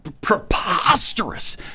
preposterous